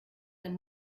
ein